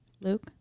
Luke